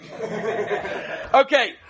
Okay